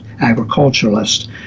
agriculturalist